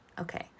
Okay